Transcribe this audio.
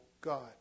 God